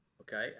okay